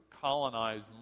colonize